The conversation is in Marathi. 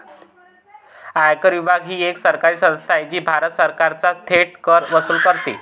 आयकर विभाग ही एक सरकारी संस्था आहे जी भारत सरकारचा थेट कर वसूल करते